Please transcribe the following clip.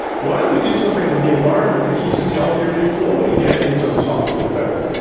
why don't we do something with the environment that keeps us healthier before we get into those hospital beds?